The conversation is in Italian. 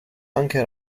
anche